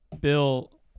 Bill